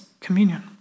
communion